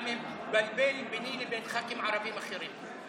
אתה מבלבל ביני לבין חברי כנסת ערבים אחרים.